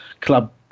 club